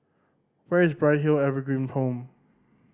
where is Bright Hill Evergreen Home